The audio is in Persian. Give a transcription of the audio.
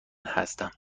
هستم